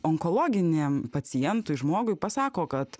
onkologiniam pacientui žmogui pasako kad